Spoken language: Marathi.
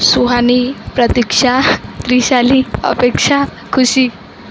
सुहानी प्रतीक्षा त्रिशाली अपेक्षा खुशी